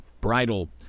bridal